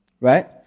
right